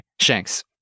Shanks